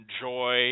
enjoy